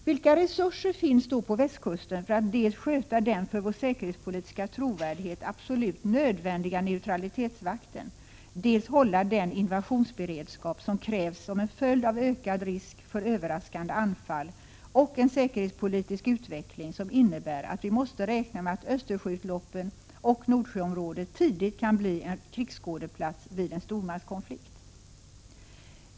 Vilka resurser finns då på västkusten för att dels sköta den för vår säkerhetspolitiska trovärdighet absolut nödvändiga neutralitetsvakten, dels hålla den invasionsberedskap som krävs som en följd av ökad risk för överraskande anfall och en säkerhetspolitisk utveckling som innebär att vi måste räkna med att Östersjöutloppen och Nordsjöområdet tidigt kan bli en krigsskådeplats vid en stormaktskonflikt?